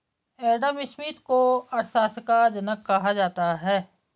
Adam Smith को अर्थशास्त्र का जनक कहा जाता है